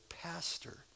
pastor